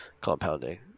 compounding